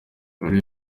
buri